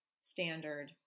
standard